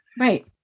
Right